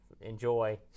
enjoy